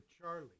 Charlie